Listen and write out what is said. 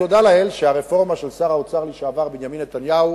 תודה לאל שהרפורמה של שר האוצר לשעבר בנימין נתניהו